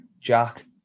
jack